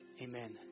Amen